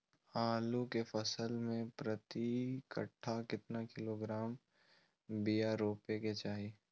आलू के फसल में प्रति कट्ठा कितना किलोग्राम बिया रोपे के चाहि?